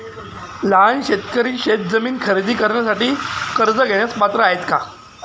लहान शेतकरी शेतजमीन खरेदी करण्यासाठी कर्ज घेण्यास पात्र आहेत का?